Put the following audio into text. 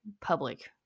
public